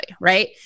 right